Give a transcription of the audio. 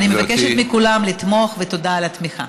אני מבקשת מכולם לתמוך, ותודה על התמיכה.